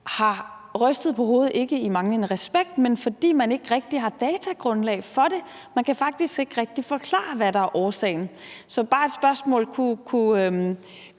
har rystet på hovedet, ikke i manglende respekt, men fordi man ikke rigtig har datagrundlag for det. Man kan faktisk ikke rigtig forklare, hvad der er årsagen. Så jeg har bare et spørgsmål: Kunne